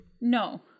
No